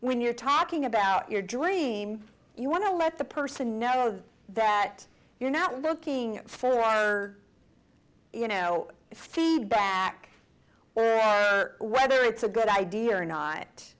when you're talking about your dream you want to let the person know that you're not looking for our you know feedback or whether it's a good idea or not